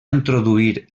introduir